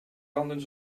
landen